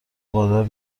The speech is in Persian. وادار